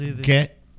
get